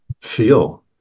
feel